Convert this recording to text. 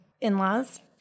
in-laws